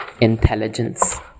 intelligence